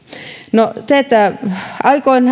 no aikoinaan